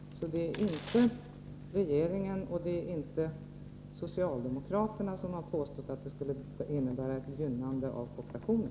Det är alltså inte regeringen och socialdemokraterna som har påstått att detta skulle innebära ett gynnande av kooperationen.